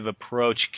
approach